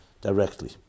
directly